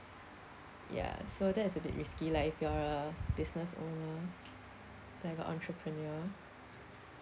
ya so that's a bit risky like if you're a business owner like a entrepreneur